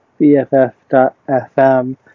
BFF.FM